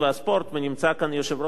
נמצא כאן יושב-ראש הוועדה,